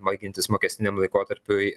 baigiantis mokestiniam laikotarpiui